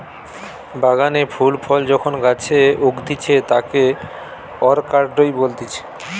বাগানে ফুল ফল যখন গাছে উগতিচে তাকে অরকার্ডই বলতিছে